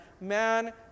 Man